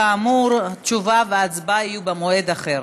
כאמור, תשובה והצבעה יהיו במועד אחר.